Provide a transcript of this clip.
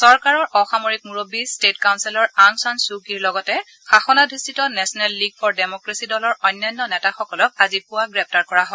চৰকাৰৰ অসামৰিক মুৰববী state counsellor Aung San Suu ক্যিৰ লগতে শাসনাধিষ্ঠিত নেশ্যনেল লীগ ফৰ ডেমক্ৰেচি দলৰ অন্যান্য নেতাসকলক আজি পুৱা গ্ৰেপ্তাৰ কৰা হয়